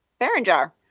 Berenjar